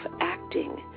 acting